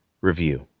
review